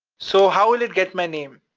so how will it get my name?